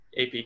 AP